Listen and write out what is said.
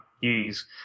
use